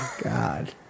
God